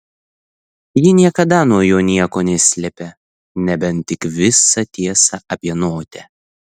ji niekada nuo jo nieko neslėpė nebent tik visą tiesą apie notę